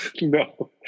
No